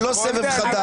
זה לא סבב חדש.